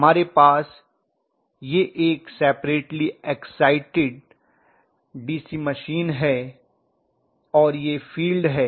हमारे पास यह एक सेपरट्ली एक्साइटेड डीसी मशीन है और यह फील्ड है